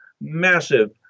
massive